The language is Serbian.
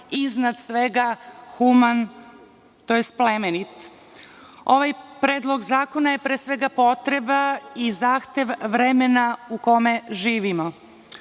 iznad svega human, tj. plemenit. Ovaj predlog zakona je pre svega potreba i zahtev vremena u kome živimo.